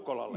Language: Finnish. ukkolalle